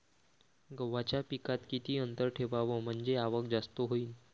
गव्हाच्या पिकात किती अंतर ठेवाव म्हनजे आवक जास्त होईन?